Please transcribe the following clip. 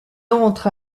entre